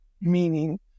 meaning